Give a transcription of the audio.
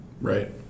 Right